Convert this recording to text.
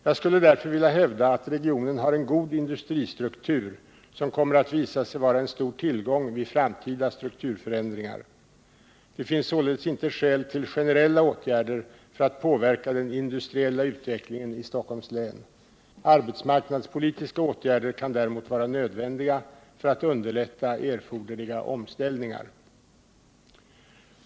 Jag skulle därför vilja hävda att regionen har en god industristruktur som kommer att visa sig vara en stor tillgång vid framtida strukturförändringar. Det finns således inte skäl till generella åtgärder för att påverka den industriella utvecklingen i Stockholms län. Arbetsmarknadspolitiska åtgärder kan däremot vara nödvändiga för att underlätta erforderliga omställningar.